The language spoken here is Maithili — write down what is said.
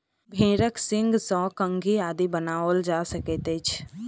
भेंड़क सींगसँ कंघी आदि बनाओल जा सकैत अछि